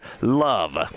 love